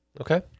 Okay